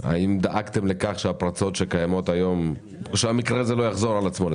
האם דאגתם לכך שהמקרה הזה לא יחזור על עצמו?